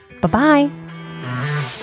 Bye-bye